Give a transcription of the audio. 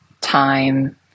time